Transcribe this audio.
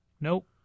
Nope